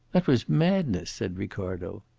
that was madness, said ricardo.